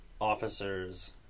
officers